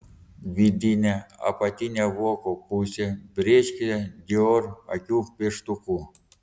vidinę apatinio voko pusę brėžkite dior akių pieštuku